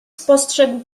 spostrzegł